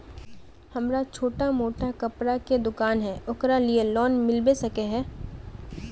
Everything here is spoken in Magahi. हमरा छोटो मोटा कपड़ा के दुकान है ओकरा लिए लोन मिलबे सके है?